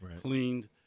cleaned